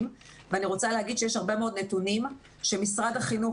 ואני רוצה להגיד שיש הרבה מאוד נתונים שמשרד החינוך,